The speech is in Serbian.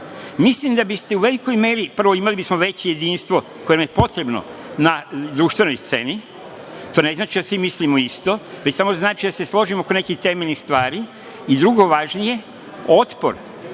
mislim da biste u velikoj meri, prvo imali bismo veće jedinstvo koje nam je potrebno na društvenoj sceni. To ne znači da svi mislimo isto, već samo znači da se složimo oko nekih temeljnih stvari. I drugo važnije, otpor